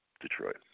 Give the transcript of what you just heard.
Detroit